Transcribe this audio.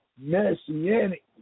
messianic